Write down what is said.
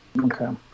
Okay